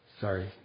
sorry